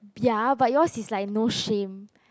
ya but yours is like no shame